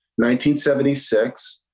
1976